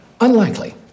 Unlikely